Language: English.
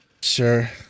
Sure